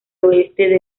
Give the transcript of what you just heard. oeste